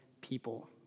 people